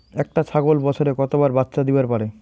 একটা ছাগল বছরে কতবার বাচ্চা দিবার পারে?